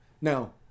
Now